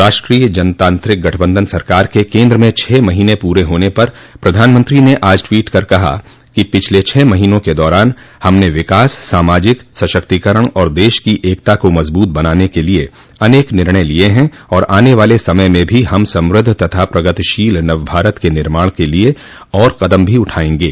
राष्ट्रीय जनतांत्रिक गठबंधन सरकार के केन्द्र में छह महीने पूरे होने पर प्रधानमंत्री ने आज ट्वीट कर कहा कि पिछले छह महीने के दौरान हमने विकास सामाजिक सशक्तिकरण और देश की एकता को मजबूत बनाने के लिये अनेक निर्णय लिये है और आने वाले समय में भी हम समृद्ध तथा प्रगतिशील नवभारत के निर्माण के लिये और कदम भी उठायेंगे